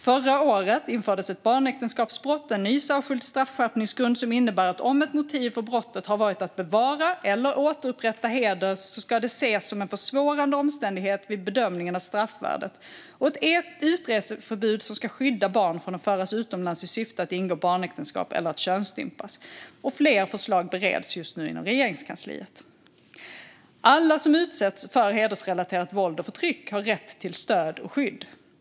Förra året infördes ett barnäktenskapsbrott, en ny, särskild straffskärpningsgrund som innebär att om ett motiv för brottet har varit att bevara eller återupprätta heder ska det ses som en försvårande omständighet vid bedömningen av straffvärdet och ett utreseförbud som ska skydda barn från att föras utomlands i syfte att ingå barnäktenskap eller att könsstympas. Fler förslag bereds just nu inom Regeringskansliet. Alla som utsätts för hedersrelaterat våld och förtryck har rätt till stöd och skydd.